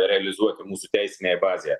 realizuoti mūsų teisinėje bazėje